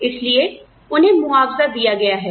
इसलिए उन्हें मुआवजा दिया गया है